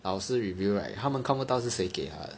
老师 review right 他们看不到是谁给他的